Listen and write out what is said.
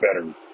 better